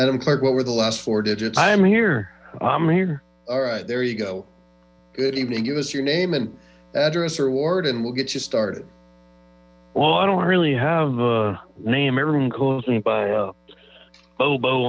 madam clerk what were the last four digits i am here i'm here all right there you go good evening use your name and address reward and we'll get you started well i don't really have a name everyone calls in by